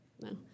no